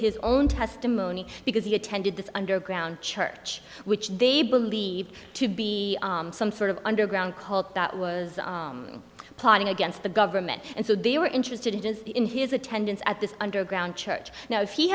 his own testimony because he attended this underground church which they believed to be some sort of underground cult that was plotting against the government and so they were interested in just in his attendance at this underground church now